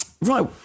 Right